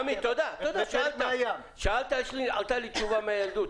עלתה לי תשובה מהילדות.